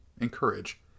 Encourage